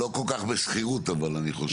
לא כל כך בשכירות אני חושב.